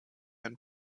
ein